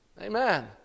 Amen